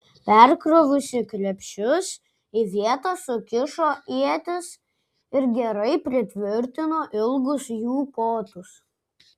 perkrovusi krepšius į vietas sukišo ietis ir gerai pritvirtino ilgus jų kotus